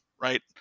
right